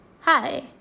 hi